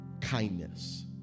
kindness